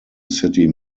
city